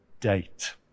date